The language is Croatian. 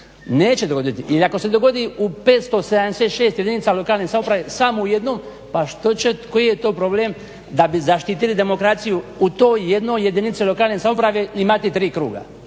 neće dogoditi, ili ako se dogodi u 576 jedinici lokalne samouprave samo u jednom, pa koji je to problem da bi zaštitili demokraciju u toj jednoj lokalne samouprave imati tri kruga.